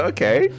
Okay